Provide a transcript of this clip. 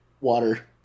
water